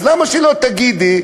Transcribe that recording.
אז למה שלא תגידי,